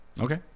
Okay